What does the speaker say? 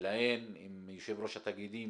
עם יושבי-ראש התאגידים